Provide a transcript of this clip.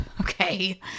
Okay